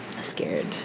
scared